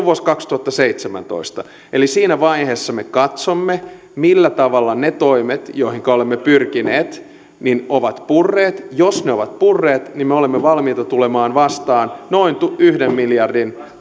vuosi kaksituhattaseitsemäntoista eli siinä vaiheessa me katsomme millä tavalla ne toimet joihinka olemme pyrkineet ovat purreet jos ne ovat purreet niin me olemme valmiita tulemaan vastaan noin yhden miljardin